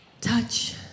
touch